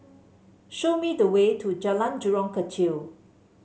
show me the way to Jalan Jurong Kechil